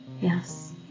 Yes